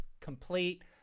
complete